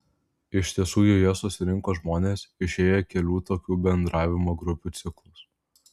iš tiesų joje susirinko žmonės išėję kelių tokių bendravimo grupių ciklus